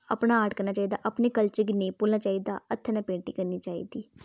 अपना आर्ट करना चाहिदा अपने कल्चर गी नेईं भुल्लना चाहिदा हत्थें कन्नै पेंटिंग करनी चाहिदी